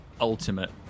ultimate